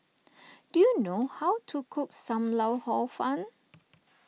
do you know how to cook Sam Lau Hor Fun